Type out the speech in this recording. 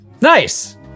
Nice